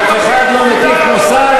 אף אחד לא מטיף מוסר,